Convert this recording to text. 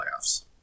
playoffs